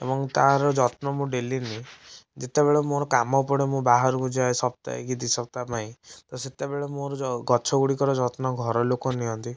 ଏବଂ ତା'ର ଯତ୍ନ ମୁଁ ଡେଲି ନିଏ ଯେତେବେଳେ ମୋର କାମ ପଡ଼େ ମୁଁ ବାହାରକୁ ଯାଏ ସପ୍ତହେ କି ଦୁଇ ସପ୍ତାହ ପାଇଁ ତ ସେତେବେଳେ ମୋର ଯେଉଁ ଗଛ ଗୁଡ଼ିକର ଯତ୍ନ ଘର ଲୋକ ନିଅନ୍ତି